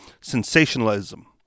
sensationalism